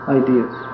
ideas